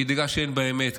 היא דאגה שאין בה אמת,